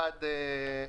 דבר ראשון,